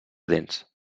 dents